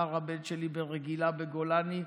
מחר הבן שלי ברגילה, בגולני.